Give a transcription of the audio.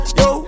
yo